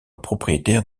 propriétaire